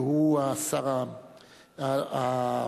שהוא השר התורן,